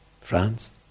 France